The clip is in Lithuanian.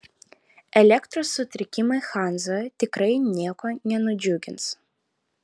elektros sutrikimai hanzoje tikrai nieko nenudžiugins